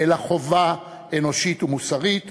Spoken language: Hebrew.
אלא חובה אנושית ומוסרית